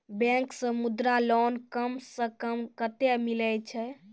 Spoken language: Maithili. बैंक से मुद्रा लोन कम सऽ कम कतैय मिलैय छै?